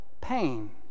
pain